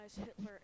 Hitler